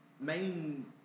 main